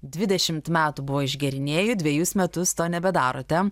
dvidešimt metų buvo išgėrinėju dvejus metus to nebedarote